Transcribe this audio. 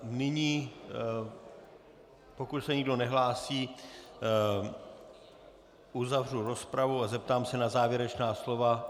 Nyní, pokud se nikdo nehlásí, uzavřu rozpravu a zeptám se na závěrečná slova.